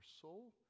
soul